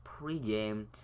pregame